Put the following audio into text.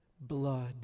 blood